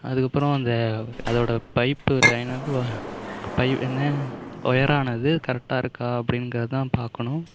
அதுக்கப்புறம் அந்த அதோட பைப்பு லைன் வந்து பைவ் என்ன ஒயரானது கரெக்டாக இருக்கா அப்படிங்கறத தான் பார்க்கணும்